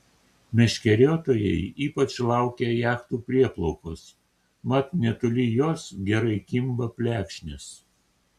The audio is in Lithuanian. meškeriotojai ypač laukia jachtų prieplaukos mat netoli jos gerai kimba plekšnės